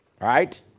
Right